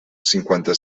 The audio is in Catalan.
cinquanta